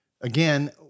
Again